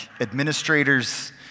administrators